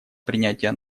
принятия